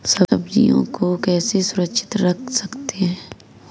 सब्जियों को कैसे सुरक्षित रख सकते हैं?